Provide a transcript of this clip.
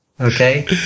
Okay